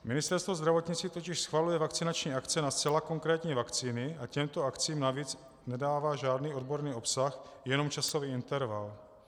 Ministerstvo zdravotnictví totiž schvaluje vakcinační akce na zcela konkrétní vakcíny a těmto akcím navíc nedává žádný odborný obsah, jenom časový interval.